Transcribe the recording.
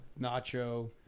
Nacho